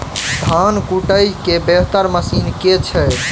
धान कुटय केँ बेहतर मशीन केँ छै?